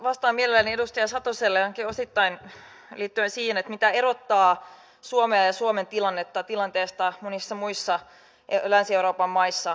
vastaan mielelläni edustaja satoselle ainakin osittain liittyen siihen mikä erottaa suomea ja suomen tilannetta tilanteesta monissa muissa länsi euroopan maissa